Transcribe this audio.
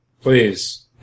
Please